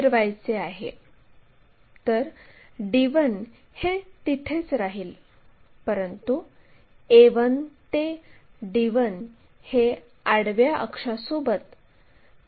मग q r जोडावे आणि p r जोडावे सर्व प्रथम या पायऱ्या आपल्या शीटवर काढूया